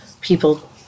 people